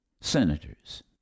senators